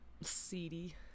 Seedy